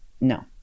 no